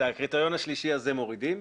את הקריטריון השלישי הזה מורידים,